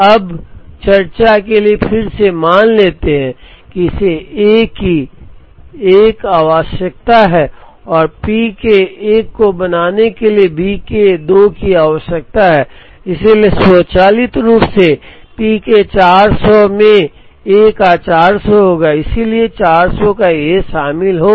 अब चर्चा के लिए फिर से मान लेते हैं कि इसे A की 1 की आवश्यकता है और P के 1 को बनाने के लिए B के 2 की आवश्यकता है इसलिए स्वचालित रूप से P के 400 में A का 400 होगा इसलिए इसमें 400 का A शामिल होगा